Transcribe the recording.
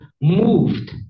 moved